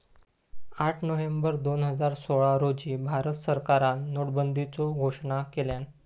आठ नोव्हेंबर दोन हजार सोळा रोजी भारत सरकारान नोटाबंदीचो घोषणा केल्यान